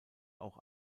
auch